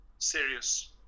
serious